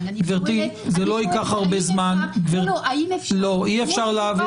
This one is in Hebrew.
--- גברתי זה לא ייקח הרבה זמן --- האם אפשר להעביר